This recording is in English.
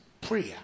prayer